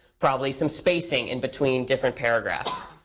probably some spacing in between different paragraphs.